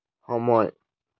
সময়